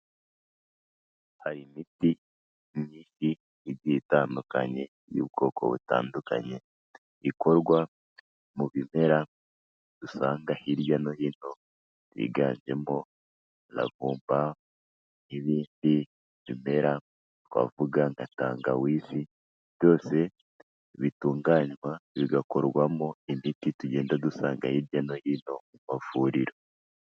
Hari imiti myinshi itandukanye y'ubwoko butandukanye ikorwa mu bimera dusanga hirya no hino, byiganjemo imiravumba n'ibindi bimera, twavuga nka tangawizi byose bitunganywa bigakorwamo imiti tugenda dusanga hirya no hino mu mavuriro.